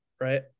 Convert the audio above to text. Right